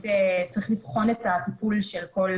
שצריך לבחון את הטיפול של כל